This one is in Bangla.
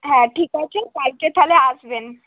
হ্যাঁ ঠিক আছে কালকে তাহলে আসবেন